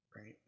right